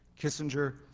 Kissinger